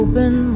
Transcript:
Open